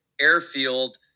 Airfield